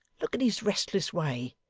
look at his restless way,